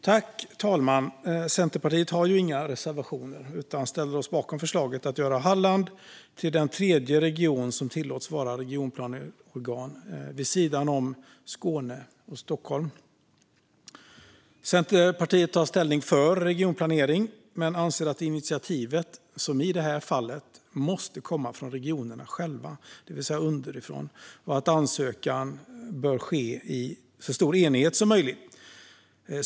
Fru talman! Centerpartiet har inga reservationer, utan vi ställer oss bakom förslaget att göra Halland till den tredje region som tillåts vara regionplaneorgan vid sidan om Skåne och Stockholm. Centerpartiet tar ställning för regionplanering men anser att initiativet, som i det här fallet, måste komma från regionerna själva, det vill säga underifrån. Ansökan bör ske i så stor enighet som möjligt.